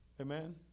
Amen